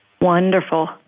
Wonderful